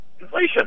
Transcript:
inflation